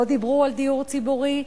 לא דיברו על דיור ציבורי,